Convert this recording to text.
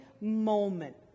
moment